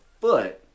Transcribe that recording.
foot